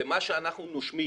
למה שאנחנו נושמים.